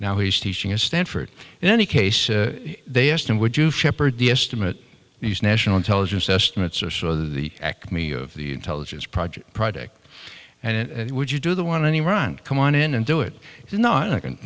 now he's teaching at stanford in any case they asked him would you shepherd the estimate and use national intelligence estimates or so the acme of the intelligence project project and would you do the want any run come on in and do it it's not